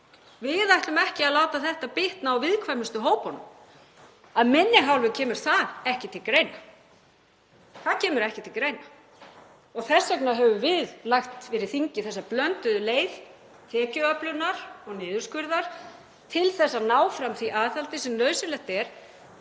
Við ætlum ekki að láta þetta bitna á viðkvæmustu hópunum. Af minni hálfu kemur það ekki til greina. Það kemur ekki til greina og þess vegna höfum við lagt fyrir þingið þessa blönduðu leið tekjuöflunar og niðurskurðar til að ná fram því aðhaldi sem nauðsynlegt er